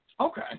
Okay